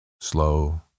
slow